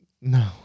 No